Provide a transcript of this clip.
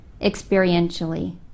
experientially